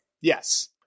Yes